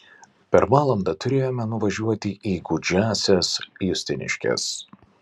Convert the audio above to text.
per valandą turėjome nuvažiuoti į gūdžiąsias justiniškes